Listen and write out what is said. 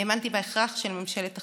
האמנתי בהכרח של ממשלת אחדות.